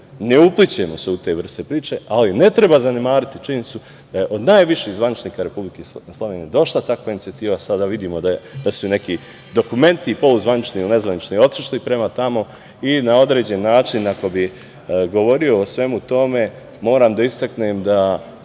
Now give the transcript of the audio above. ne uplićemo se u te vrste priče, ali ne treba zanemariti činjenicu da je od najviših zvaničnika Republike Slovenije došla takva inicijativa. Sada vidimo da su i neki dokumenti poluzvanični ili nezvanični otišli prema tome i na određeni način, ako bi govorio o svemu tome, moram da istaknem da